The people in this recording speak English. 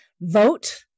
vote